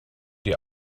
die